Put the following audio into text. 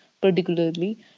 particularly